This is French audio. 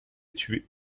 tués